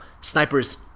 Snipers